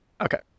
Okay